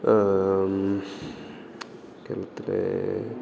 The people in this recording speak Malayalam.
കേരളത്തിലെ